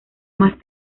más